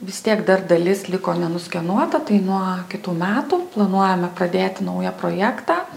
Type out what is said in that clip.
vis tiek dar dalis liko nenuskenuota tai nuo kitų metų planuojame pradėti naują projektą